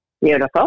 Beautiful